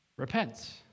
repent